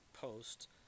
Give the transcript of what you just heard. post